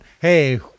Hey